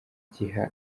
igihe